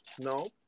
no